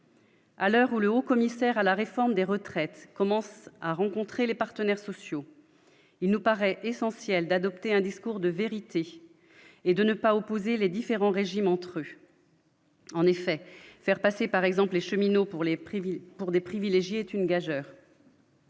à l'heure où le haut-commissaire à la réforme des retraites commence à rencontrer les partenaires sociaux, il nous paraît essentiel d'adopter un discours de vérité et de ne pas opposer les différents régimes entre. En effet, faire passer par exemple les cheminots pour les prévenus pour des privilégiés, est une gageure.